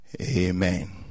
Amen